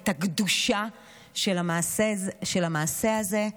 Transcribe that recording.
את הקדושה של המעשה הזה.